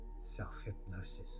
Self-hypnosis